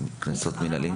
קנסות מנהליים?